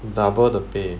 double the pay